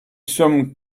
some